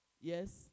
Yes